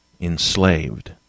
enslaved